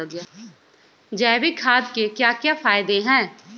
जैविक खाद के क्या क्या फायदे हैं?